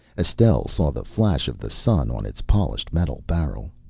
estelle saw the flash of the sun on its polished metal barrel.